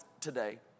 today